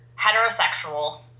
heterosexual